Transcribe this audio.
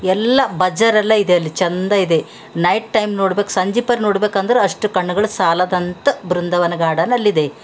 ಎಲ್ಲ ಬಜ್ಜರ್ ಎಲ್ಲ ಇದೆ ಅಲ್ಲಿ ಚಂದ ಇದೆ ಅಲ್ಲಿ ನೈಟ್ ಟೈಮ್ ನೋಡ್ಬೇಕು ಸಂಜಿಪ್ಪಾರ್ ನೋಡ್ಬೇಕೆಂದರೆ ಅಷ್ಟು ಕಣ್ಗಳು ಸಾಲದಂತೆ ಬೃಂದಾವನ ಗಾರ್ಡನ್ನಲ್ಲಿದೆ